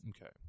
Okay